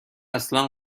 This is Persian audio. اصلا